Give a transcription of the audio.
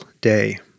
day